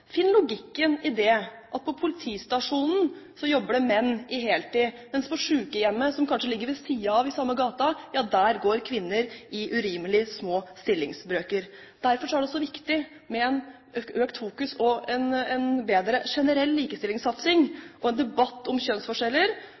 logikken i at det på politistasjonen jobber menn på heltid, men på sykehjemmet som kanskje ligger ved siden av i samme gaten, går kvinner i urimelig små stillingsbrøker. Derfor er det også viktig med økt fokus på en bedre generell likestillingssatsing og en debatt om kjønnsforskjeller